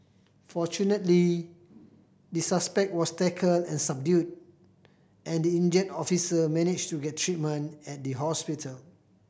fortunately the suspect was tackled and subdued and the injured officer managed to get treatment at the hospital